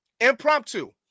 Impromptu